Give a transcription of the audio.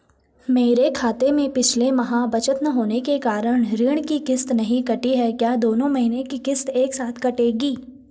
मेरे खाते में पिछले माह बचत न होने के कारण ऋण की किश्त नहीं कटी है क्या दोनों महीने की किश्त एक साथ कटेगी?